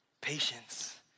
patience